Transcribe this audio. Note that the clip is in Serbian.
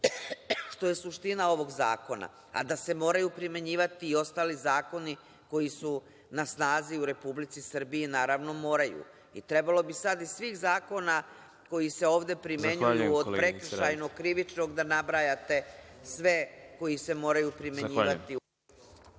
što je suština ovog zakona. A da se moraju primenjivati i ostali zakoni koji su na snazi u Republici Srbiji, naravno moraju. Trebalo bi sad iz svih zakona koji se ovde primenjuju, od prekršajnog, krivičnog, da nabrajate sve koji se moraju primenjivati.